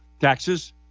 Taxes